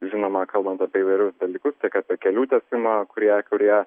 žinoma kalbant apie įvairius dalykus tiek apie kelių tiesimą kurie kurie